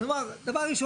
אז הוא אמר דבר ראשון,